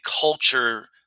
culture